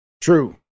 True